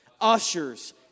ushers